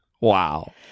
wow